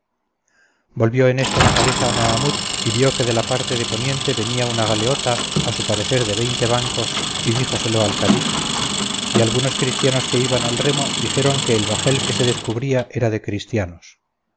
volvió en esto la cabeza mahamut y vio que de la parte de poniente venía una galeota a su parecer de veinte bancos y díjoselo al cadí y algunos cristianos que iban al remo dijeron que el bajel que se descubría era de cristianos